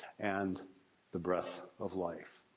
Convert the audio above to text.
and the breath of life.